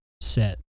set